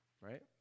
right